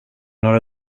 några